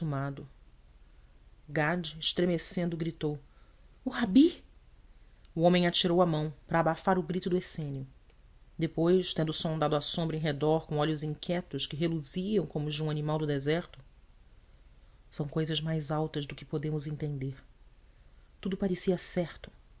gade estremecendo gritou o rabi o homem atirou a mão para abafar o grito do essênio depois tendo sondado a sombra em redor com olhos inquietos que reluziam como os de um animal do deserto são cousas mais altas do que podemos entender tudo parecia certo